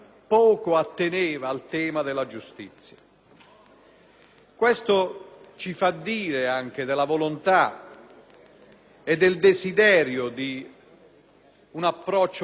Questo ci fa dire della volontà e del desiderio di un approccio compiuto al tema.